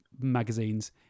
magazines